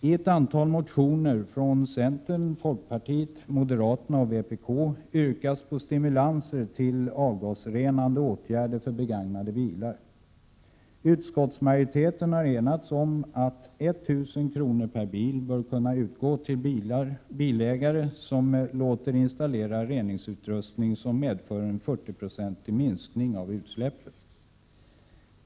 I ett antal motioner från centern, folkpartiet, moderaterna och vpk yrkas på stimulanser till avgasrenande åtgärder på begagnade bilar. Utskottsmajoriteten har enats om att 1 000 kr. per bil bör kunna utgå till bilägare, som låter installera reningsutrustning som medför en 40-procentig minskning av utsläppen.